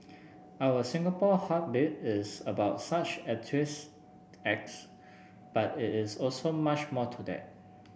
our Singapore Heartbeat is about such acts but it is also much more to that